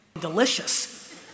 delicious